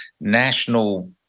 national